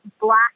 black